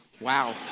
Wow